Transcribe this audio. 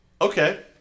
okay